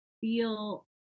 feel